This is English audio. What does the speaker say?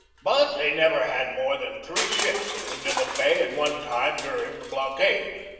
but they never had more than three ships in manila bay at one time during the blockade.